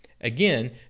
Again